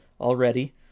already